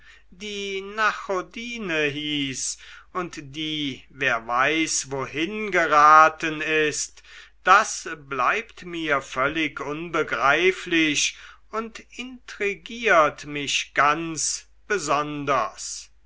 die nachodine hieß und die wer weiß wohin geraten ist das bleibt mir völlig unbegreiflich und intrigiert mich ganz besonders